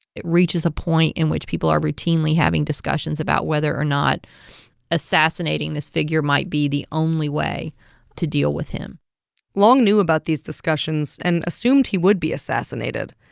it reaches a point in which people are routinely having discussions about whether or not assassinating this figure might be the only way to deal with him long knew about these discussions and assumed he would be assassinated.